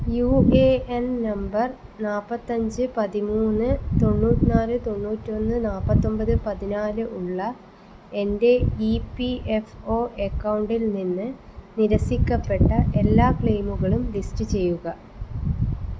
U A N number നാൽപ്പത്തഞ്ച് പതിമൂന്ന് തൊണ്ണൂറ്റിനാല് തൊണ്ണൂറ്റൊന്ന് നാൽപ്പത്തൊമ്പത് പതിനാല് ഉള്ള എൻ്റെ ഇ പി എഫ് ഒ അക്കൗണ്ടിൽ നിന്ന് നിരസിക്കപ്പെട്ട എല്ലാ ക്ലെയിമുകളും ലിസ്റ്റ് ചെയ്യുക